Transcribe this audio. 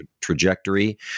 trajectory